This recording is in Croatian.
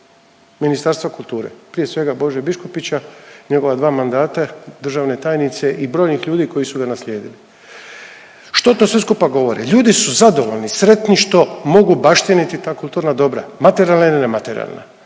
Ministarstva kulture, prije svega Bože Biškupića i njegova dva mandata, državne tajnice i brojnih ljudi koji su ga naslijedili. Što to sve skupa govori? Ljudi su zadovoljni, sretni što mogu baštiniti ta kulturna dobra materijalna ili nematerijalna.